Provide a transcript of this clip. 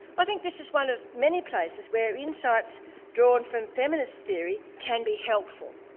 i think this is one of many places where insights drawn from feminist theory can be helpful.